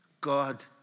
God